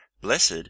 blessed